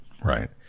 right